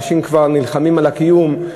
אנשים כבר נלחמים על הקיום.